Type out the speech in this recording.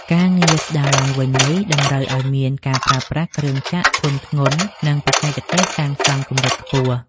ការងារស្ដារឡើងវិញនេះតម្រូវឱ្យមានការប្រើប្រាស់គ្រឿងចក្រធុនធ្ងន់ និងបច្ចេកទេសសាងសង់កម្រិតខ្ពស់។